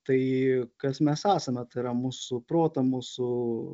tai kas mes esame tai yra mūsų protą mūsų